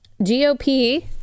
GOP